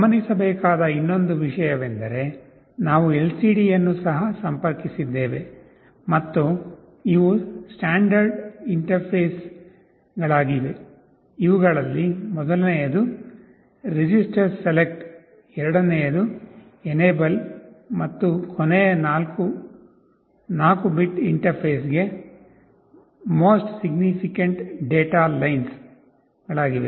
ಗಮನಿಸಬೇಕಾದ ಇನ್ನೊಂದು ವಿಷಯವೆಂದರೆ ನಾವು ಎಲ್ಸಿಡಿಯನ್ನು ಸಹ ಸಂಪರ್ಕಿಸಿದ್ದೇವೆ ಮತ್ತು ಇವು ಸ್ಟ್ಯಾಂಡರ್ಡ್ ಇಂಟರ್ಫೇಸ್ಗಳಾಗಿವೆ ಇವುಗಳಲ್ಲಿ ಮೊದಲನೆಯದು ರಿಜಿಸ್ಟರ್ ಸೆಲೆಕ್ಟ್ ಎರಡನೆಯದು ಎನೇಬೆಲ್ ಮತ್ತು ಕೊನೆಯ ನಾಲ್ಕು 4 ಬಿಟ್ ಇಂಟರ್ಫೇಸ್ಗೆ ಮೋಸ್ಟ್ ಸಿಗ್ನಿಫಿಕ್ಯಾಂಟ್ ಡೇಟಾ ಲೈನ್ಸ್ ಗಳಾಗಿವೆ